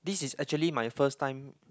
this is actually my first time